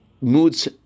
moods